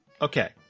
Okay